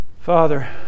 Father